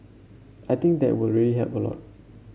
I think that will really help a lot